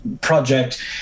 project